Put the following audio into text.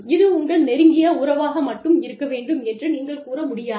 இது உங்கள் நெருங்கிய உறவாக மட்டும் இருக்க வேண்டும் என்று நீங்கள் கூற முடியாது